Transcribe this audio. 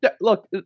Look